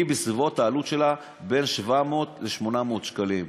העלות שלה היא בסביבות,